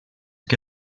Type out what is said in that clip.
que